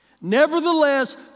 Nevertheless